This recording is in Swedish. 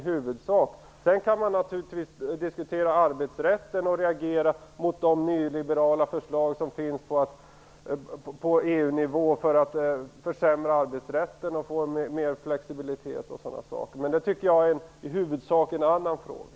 Sedan kan man naturligtvis diskutera arbetsrätten och reagera mot de nyliberala förslag som finns på EU-nivå för att försämra arbetsrätten och få mer flexibilitet och sådana saker. Men det tycker jag i huvudsak är en annan fråga.